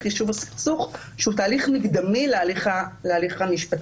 יישוב הסכסוך שהוא תהליך מקדמי להליך המשפטי.